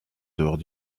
dehors